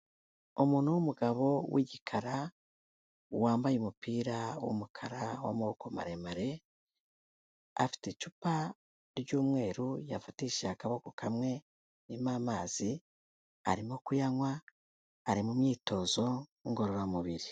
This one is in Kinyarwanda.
Umuntu w'umugabo w'igikara wambaye umupira w'umukara w'amaboko maremare, afite icupa ry'umweru yafatishije akaboko kamwe ririmo amazi, arimo kuyanywa, ari mu myitozo ngororamubiri.